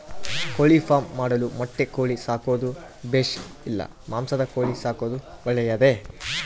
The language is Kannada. ಕೋಳಿಫಾರ್ಮ್ ಮಾಡಲು ಮೊಟ್ಟೆ ಕೋಳಿ ಸಾಕೋದು ಬೇಷಾ ಇಲ್ಲ ಮಾಂಸದ ಕೋಳಿ ಸಾಕೋದು ಒಳ್ಳೆಯದೇ?